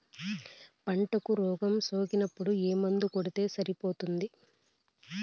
పంటకు రోగం సోకినపుడు ఏ మందు కొడితే సరిపోతుంది?